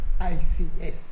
ICS